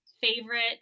favorite